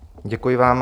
Děkuji vám.